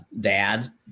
dad